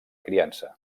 criança